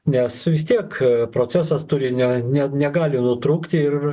nes vis tiek procesas turinio ne negali nutrūkti ir